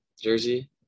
jersey